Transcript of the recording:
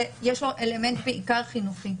יש לו אלמנט בעיקר חינוכי.